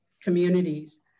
communities